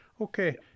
Okay